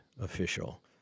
official